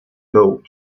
vogue